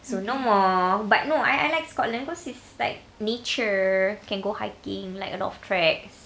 so no more but no I I like scotland cause it's like nature can go hiking like a lot of tracks